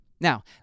Now